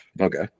Okay